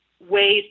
ways